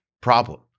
problem